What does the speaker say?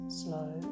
slow